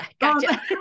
gotcha